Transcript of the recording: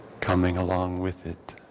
coming along with it.